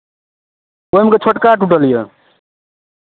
ओहिमे तऽ छोटका टूटल यए